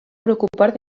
preocupar